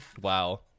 Wow